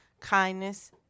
kindness